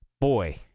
boy